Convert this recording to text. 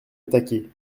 attaqué